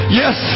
yes